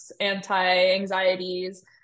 anti-anxieties